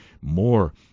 more